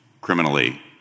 criminally